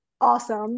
awesome